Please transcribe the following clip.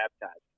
baptized